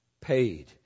paid